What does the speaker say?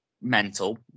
mental